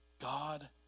God